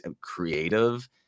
creative